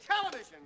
television